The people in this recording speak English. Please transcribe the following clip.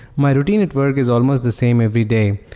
my routine at work is almost the same every day.